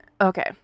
Okay